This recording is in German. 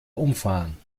umfahren